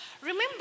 Remember